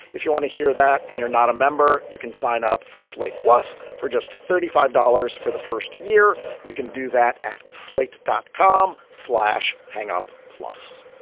if you want to hear that and you're not a member, you can sign up for slate plus for just thirty five dollars for the first year. you can do that at slate, dot com slash hang-up plus